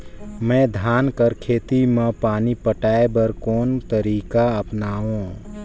मैं धान कर खेती म पानी पटाय बर कोन तरीका अपनावो?